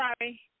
sorry